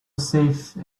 safe